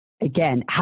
Again